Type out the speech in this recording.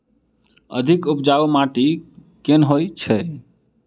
अधिक उपजाउ माटि केँ होइ छै?